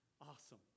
awesome